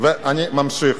אני ממשיך.